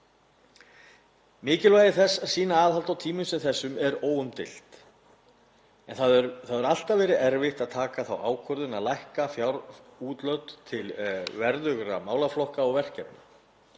Mikilvægi þess að sýna aðhald á tímum sem þessum er óumdeilt, en það hefur alltaf verið erfitt að taka þá ákvörðun að lækka fjárútlát til verðugra málaflokka og verkefna.